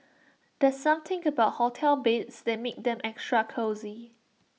there's something about hotel beds that makes them extra cosy